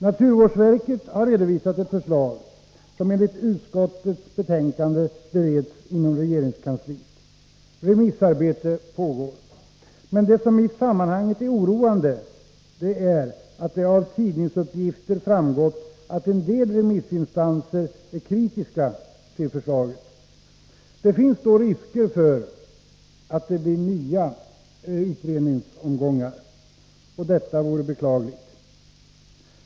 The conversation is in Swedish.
Naturvårdsverket har redovisat ett förslag, som enligt utskottets betänkande bereds inom regeringskansliet. Remissarbete pågår. Det som i sammanhanget är oroande är att det av tidningsuppgifter framgått att en del remissinstanser är kritiska till förslaget. Det finns då risker för att det blir nya utredningsomgångar. Detta vore beklagligt.